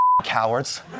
cowards